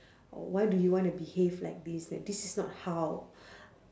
oh why do you want to behave like this this is not how